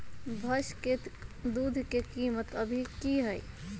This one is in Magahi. भैंस के दूध के कीमत अभी की हई?